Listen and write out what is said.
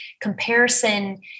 comparison